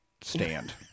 stand